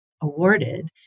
awarded